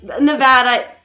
Nevada